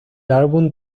álbum